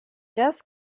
just